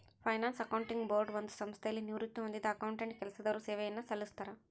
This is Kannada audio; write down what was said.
ಫೈನಾನ್ಸ್ ಅಕೌಂಟಿಂಗ್ ಬೋರ್ಡ್ ಒಂದು ಸಂಸ್ಥೆಯಲ್ಲಿ ನಿವೃತ್ತಿ ಹೊಂದಿದ್ದ ಅಕೌಂಟೆಂಟ್ ಕೆಲಸದವರು ಸೇವೆಯನ್ನು ಸಲ್ಲಿಸ್ತರ